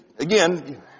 Again